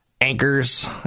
anchors